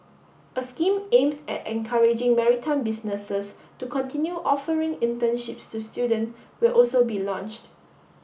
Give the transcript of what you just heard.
a scheme aimed at encouraging maritime businesses to continue offering internships to student will also be launched